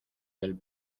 del